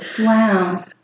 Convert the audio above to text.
Wow